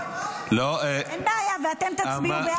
אין בעיה, ואתם תצביעו בעד?